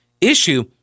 issue